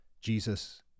jesus